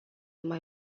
mai